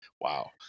Wow